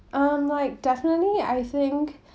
um like definitely I think